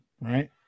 right